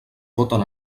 voten